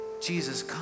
Jesus